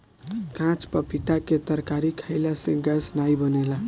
काच पपीता के तरकारी खयिला से गैस नाइ बनेला